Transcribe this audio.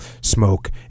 smoke